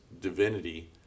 Divinity